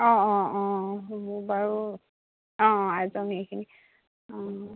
অঁ অঁ অঁ হ'ব বাৰু অঁ আইজং এইখিনি অঁ